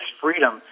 freedom